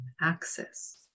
access